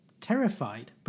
terrified